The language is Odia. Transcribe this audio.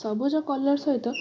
ସବୁଜ କଲର ସହିତ